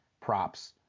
props